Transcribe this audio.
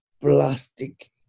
plastic